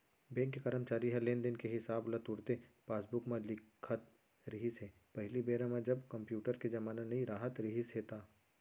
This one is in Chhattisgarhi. बेंक के करमचारी ह लेन देन के हिसाब ल तुरते पासबूक म लिखत रिहिस हे पहिली बेरा म जब कम्प्यूटर के जमाना नइ राहत रिहिस हे ता